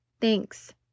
Thanks